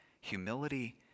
humility